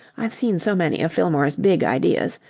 i've seen so many of fillmore's big ideas.